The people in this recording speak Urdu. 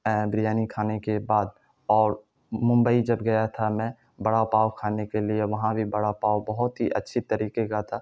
بریانی کھانے کے بعد اور ممبئی جب گیا تھا میں بڑا پاؤ کھانے کے لیے وہاں بھی بڑا پاؤ بہت ہی اچھی طریقے کا تھا